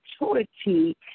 maturity